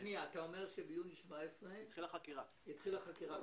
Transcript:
התחילה חקירה.